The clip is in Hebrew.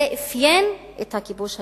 זה אפיין את הכיבוש הישראלי.